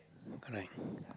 correct